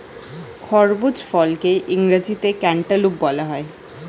খরমুজ ফলকে ইংরেজিতে ক্যান্টালুপ বলা হয়